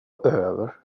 över